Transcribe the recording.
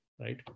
right